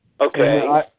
Okay